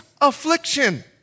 affliction